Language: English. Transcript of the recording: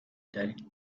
direct